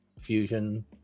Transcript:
fusion